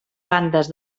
bandes